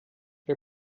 der